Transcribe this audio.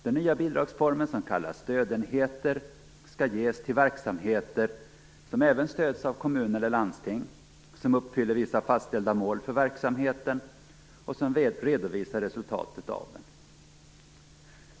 Den nya bidragsformen, som kallas stödenheter, skall ges till verksamheter som även stöds av kommuner och landsting, som uppfyller vissa fastställda mål för verksamheten och som redovisar resultatet av den.